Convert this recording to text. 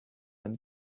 and